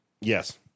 yes